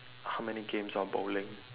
how many games of bowling